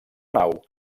nau